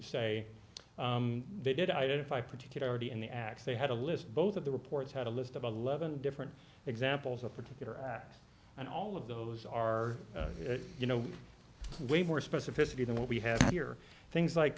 say they did identify particular already in the act they had a list both of the reports had a list of eleven different examples of particular acts and all of those are you know way more specificity than what we have here things like